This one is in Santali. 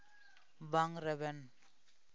ᱵᱟᱝ ᱨᱮᱵᱮᱱ